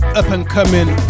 up-and-coming